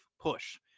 push